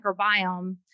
microbiome